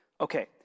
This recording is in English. Okay